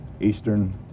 Eastern